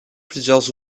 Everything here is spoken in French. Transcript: plusieurs